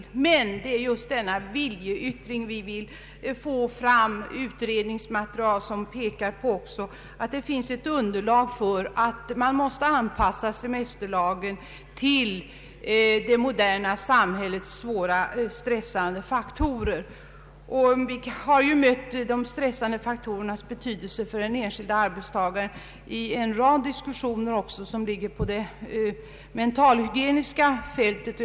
Vi vill emellertid få fram en viljeyttring och ett utredningsmaterial som kan utgöra underlag för en anpassning av semesterlagen till det moderna samhället där det finns så många svåra stressfaktorer. Stressens betydelse för den enskilde arbetstagaren har varit uppe till diskussioner som berört det mentalhygieniska fältet.